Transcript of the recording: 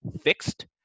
fixed